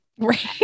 Right